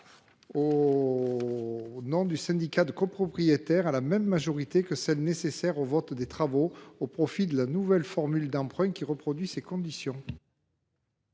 au nom du syndicat de copropriétaires à la même majorité que celle qui est requise pour le vote des travaux, au profit de la nouvelle formule d’emprunt qui reproduit ces conditions.